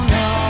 no